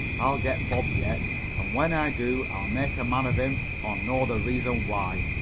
i'll get bob yet, and when i do i'll make a man of him or know the reason why.